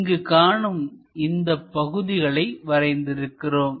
இங்கு காணும் இந்த பகுதிகளை வரைந்து இருக்கிறோம்